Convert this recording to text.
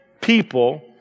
people